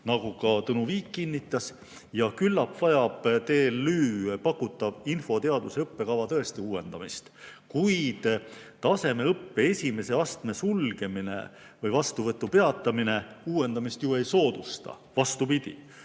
nagu ka Tõnu Viik kinnitas. Ja küllap vajab TLÜ pakutav infoteaduste õppekava tõesti uuendamist. Kuid tasemeõppe esimese astme sulgemine või vastuvõtu peatamine uuendamist ju ei soodusta. Vastupidi,